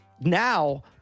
Now